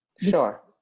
Sure